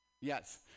yes